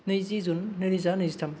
नैजि जुन नैरोजा नैजिथाम